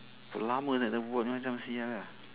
berapa lama sia nak berbual macam ni [sial] lah